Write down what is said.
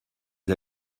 les